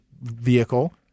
vehicle